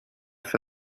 for